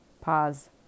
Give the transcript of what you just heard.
pause